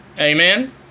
Amen